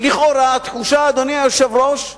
לכאורה, תחושה, אדוני היושב-ראש,